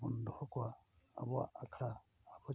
ᱵᱚᱱ ᱫᱚᱦᱚ ᱠᱚᱣᱟ ᱟᱵᱚᱣᱟ ᱟᱠᱷᱲᱟ